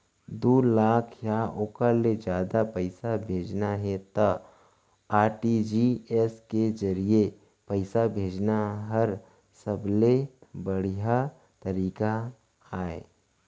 दू लाख या ओकर ले जादा पइसा भेजना हे त आर.टी.जी.एस के जरिए पइसा भेजना हर सबले बड़िहा तरीका अय